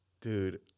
dude